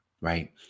right